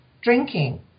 drinking